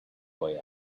boy